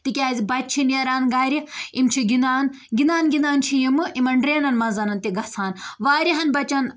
تِکیازِ بَچہِ چھِ نیران گَرِ یِم چھِ گِنٛدان گِنٛدان گِنٛدان چھِ یِمہٕ یِمَن ڈرٛینَن منٛز تہِ گژھان واریاہَن بَچَن